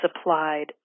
supplied